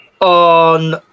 on